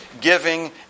giving